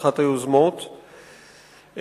אחת היוזמות,